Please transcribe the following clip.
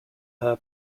her